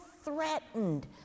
threatened